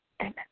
Amen